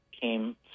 came